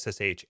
SSH